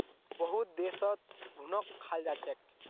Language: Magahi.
बहुत देशत घुनक खाल जा छेक